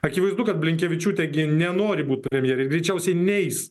akivaizdu kad blinkevičiūtė gi nenori būt premjerė greičiausiai neis